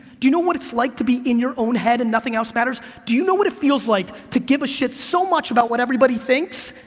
do you know what it's like to be in your own head, and nothing else matters? do you know what it feels like to give a shit so much about what everybody thinks,